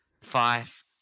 Five